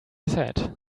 said